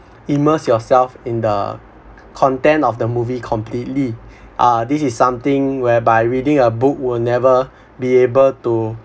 immerse yourself in the content of the movie completely uh this is something whereby reading a book will never be able to